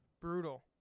Brutal